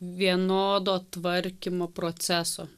vienodo tvarkymo proceso